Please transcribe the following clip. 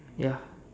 ya